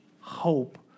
hope